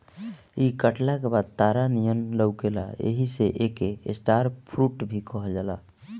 इ कटला के बाद तारा नियन लउकेला एही से एके स्टार फ्रूट भी कहल जाला